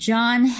John